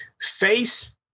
Face